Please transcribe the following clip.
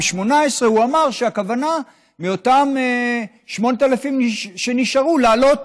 הוא אמר שמאותם 8,000 שנשארו הכוונה היא להעלות